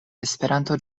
esperanto